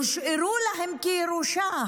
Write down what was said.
הושארו להם כירושה.